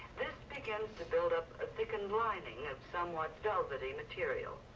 this begins the buildup, a thickened lining of somewhat velvety material.